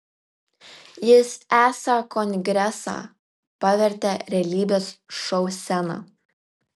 jis esą kongresą pavertė realybės šou scena